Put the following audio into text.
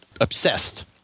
obsessed